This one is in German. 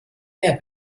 mehr